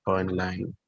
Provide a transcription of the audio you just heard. online